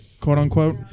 quote-unquote